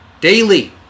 Daily